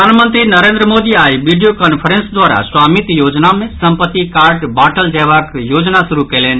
प्रधानमंत्री नरेंद्र मोदी आई video conference द्वारा स्वामित्व योजना मे संपत्ति कार्ड बांटल जयबाक योजना शुरू कयलनि